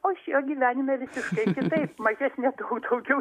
o išėjo gyvenime visiškai kitaip mažesnė daug daugiau